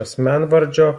asmenvardžio